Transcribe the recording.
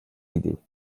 idées